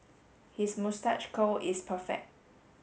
his moustache curl is perfect